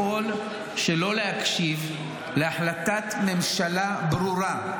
יכול שלא להקשיב להחלטת ממשלה ברורה,